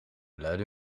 luide